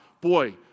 boy